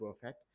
perfect